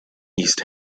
east